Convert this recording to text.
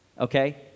Okay